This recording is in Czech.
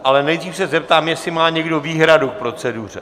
Ale nejdřív se zeptám, jestli má někdo výhradu k proceduře.